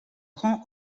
rend